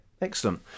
excellent